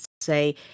say